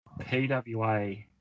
PWA